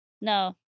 No